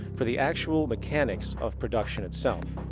for the actual mechanics of production itself.